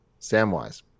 Samwise